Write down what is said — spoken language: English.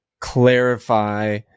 clarify